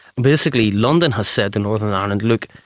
basically london has said to northern ireland, look,